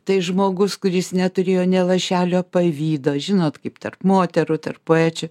tai žmogus kuris neturėjo nė lašelio pavydo žinot kaip tarp moterų tarp poečių